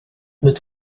but